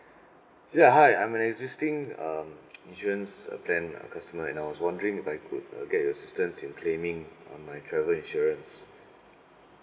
ya hi I'm an existing um insurance uh plan lah personal and I was wondering if I could uh get assistance in claiming on my travel insurance